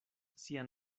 sian